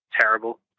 terrible